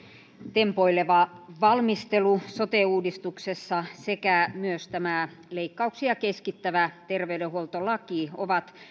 tempoileva valmistelu sote uudistuksessa sekä myös tämä leikkauksia keskittävä terveydenhuoltolaki ovat